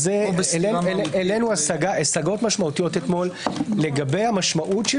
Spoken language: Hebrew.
העלינו השגות משמעותיות אתמול לגבי המשמעות של